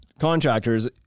contractors